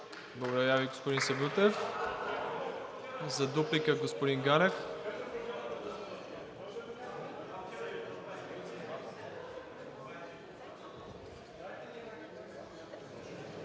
Благодаря Ви, господин Сабрутев. За дуплика – господин Ганев.